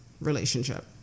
relationship